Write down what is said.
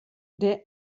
der